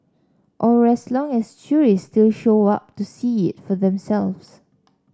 or as long as tourists still show up to see it for themselves